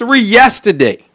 yesterday